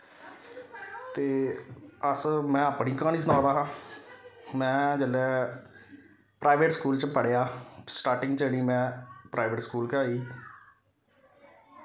ते अस में अपनी क्हानी सना दा हा में जेल्लै प्राईवेट स्कूल च पढ़ेआ स्टार्टिंग जेह्ड़ी में प्राईवेट स्कूल गै होई